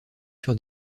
sur